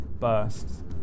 bursts